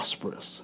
prosperous